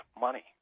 money